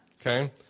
Okay